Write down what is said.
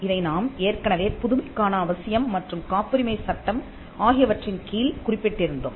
இதை நாம் ஏற்கனவே புதுமைக்கான அவசியம் மற்றும் காப்புரிமை சட்டம் ஆகியவற்றின் கீழ் குறிப்பிட்டிருந்தோம்